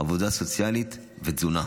עבודה סוציאלית ותזונה.